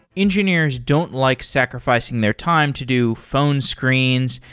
engineers don't like sacrifi cing their time to do phone screens,